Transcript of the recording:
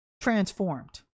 transformed